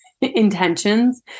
intentions